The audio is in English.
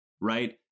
Right